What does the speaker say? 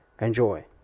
Enjoy